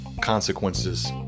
consequences